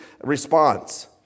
response